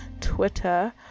Twitter